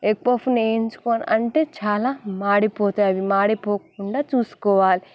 egg పఫ్ఫును వేయించుకొని అంటే చాలా మాడిపోతాయవి మాడిపోకుండా చూసుకోవాలి